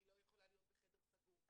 היא לא יכולה להיות בחדר סגור.